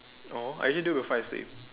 no I usually do before I sleep